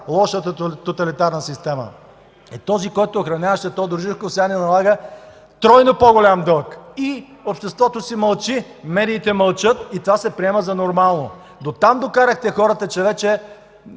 лоша тоталитарна система. Този, който охраняваше Тодор Живков, сега ни налага тройно по-голям дълг и обществото си мълчи, медиите мълчат и това се приема за нормално. Дотам докарахте хората, че вече